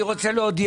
כי אני לא מאמינה